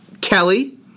Kelly